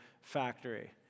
Factory